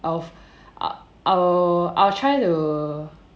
of err I will I will try to